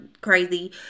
crazy